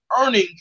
earning